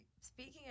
Speaking